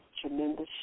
tremendous